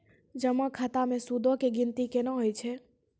जमा खाता मे सूदो के गिनती केना होय छै?